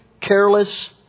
careless